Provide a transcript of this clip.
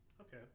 Okay